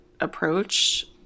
approach